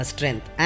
Strength